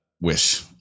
wish